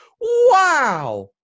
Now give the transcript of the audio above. Wow